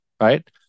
right